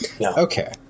Okay